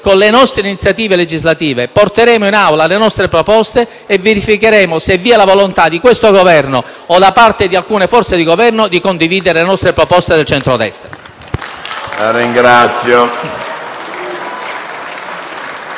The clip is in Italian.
con le nostre iniziative legislative. Porteremo in Assemblea le nostre proposte e verificheremo se vi è la volontà di questo Governo, o da parte di alcune forze di Governo, di condividere le nostre proposte di centro-destra.